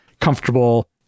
comfortable